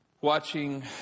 watching